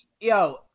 Yo